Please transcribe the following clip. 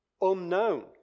unknown